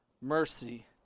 mercy